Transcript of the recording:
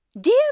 Dear